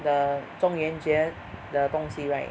the 中元节的东西 right